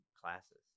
classes